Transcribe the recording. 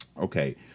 Okay